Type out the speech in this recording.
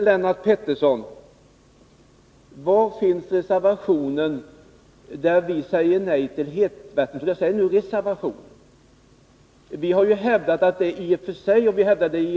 Lennart Petersson: Vi har i och för sig hävdat, i samband med energipropositionen att hetvattentunneln är en fråga för kommunerna.